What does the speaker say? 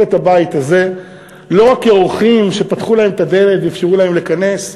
את הבית הזה לא רק כאורחים שפתחו להם את הדלת ואפשרו להם להיכנס,